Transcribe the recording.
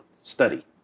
Study